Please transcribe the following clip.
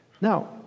Now